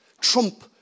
trump